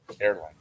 Airline